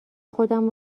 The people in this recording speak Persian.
خودمو